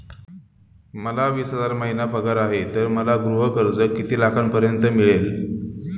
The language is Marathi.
मला वीस हजार महिना पगार आहे तर मला गृह कर्ज किती लाखांपर्यंत मिळेल?